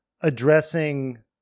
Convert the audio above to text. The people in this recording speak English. addressing